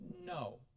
no